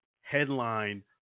headline